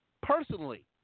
personally